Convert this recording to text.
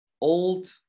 old